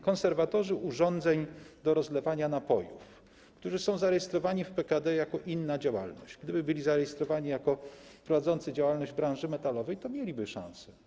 Konserwatorzy urządzeń do rozlewania napojów, którzy są zarejestrowani w PKD jako inna działalność - gdyby byli zarejestrowani jako prowadzący działalność w branży metalowej, to mieliby szansę.